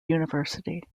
university